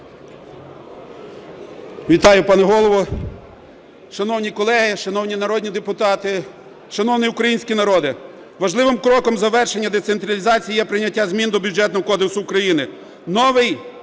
Вітаю, пане Голово! Шановні колеги, шановні народні депутати, шановний український народе, важливим кроком завершення децентралізації є прийняття змін до Бюджетного кодексу України.